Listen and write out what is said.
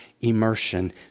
immersion